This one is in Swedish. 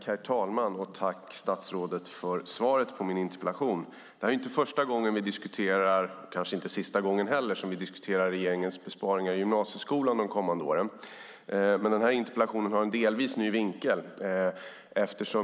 Herr talman! Tack, statsrådet, för svaret på min interpellation! Det här är inte första gången, och kanske inte heller sista, som vi diskuterar regeringens besparingar i gymnasieskolan de kommande åren. Den här interpellationen har dock en delvis ny vinkel.